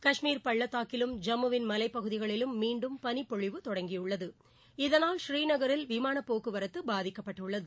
காஷ்மீர் பள்ளத்தாக்கிலும் ஜம்மவின் மலைப்பகுதிகளிலும் மீண்டும் பளிப்பொழிவு தொடங்கியுள்ளது இதனால் ஸ்ரீநகரில் விமானப் போக்குவரத்து பாதிக்கப்பட்டுள்ளது